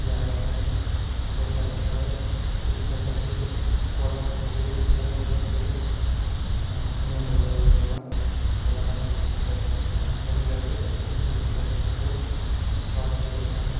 یا اگر کٲنٛسہِ ہوٚٹ آسہِ خراب تٔمِس ہَسا چھِ أسۍ پاکوٕتۍ ترٛیش یا تٔژ ترٛیش نوٗن رَلٲوِتھ دِوان تہٕ وَنان چھِ أسۍ ژٕ کَر نُنہٕ گَرگَر ییٚمہِ سۭتۍ ہَسا تٔمِس ہوٚٹ صاف چھِ گَژھان